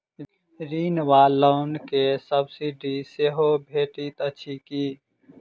ऋण वा लोन केँ सब्सिडी सेहो भेटइत अछि की?